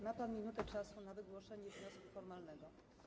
Ma pan minutę na wygłoszenie wniosku formalnego.